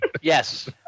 yes